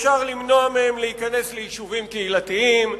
אפשר למנוע מהם להיכנס ליישובים קהילתיים,